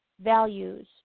values